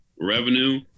revenue